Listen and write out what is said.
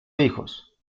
hijos